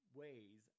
ways